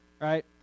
right